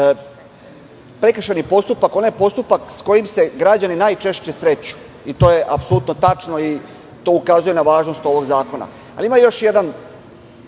prekršajni postupak onaj postupak s kojim se građani najčešće sreću i to je apsolutno tačno i to ukazuje na važnost ovog zakona. Ima još jedna